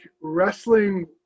wrestling